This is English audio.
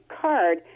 card